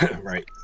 right